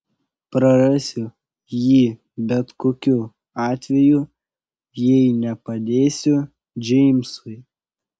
prarasiu jį bet kokiu atveju jei nepadėsiu džeimsui